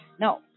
No